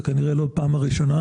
וכנראה שלא בפעם הראשונה.